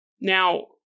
Now